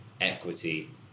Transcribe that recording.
equity